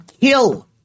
kill